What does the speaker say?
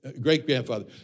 great-grandfather